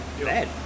bad